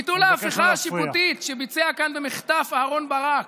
ביטול ההפיכה השיפוטית שביצע כאן במחטף אהרן ברק,